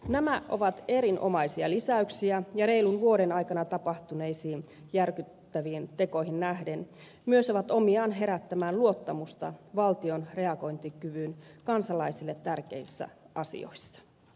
nämä ovat erinomaisia lisäyksiä ja reilun vuoden aikana tapahtuneisiin järkyttäviin tekoihin nähden myös ovat omiaan herättämään luottamusta valtion reagointikykyyn kansalaisille tärkeissä asioissa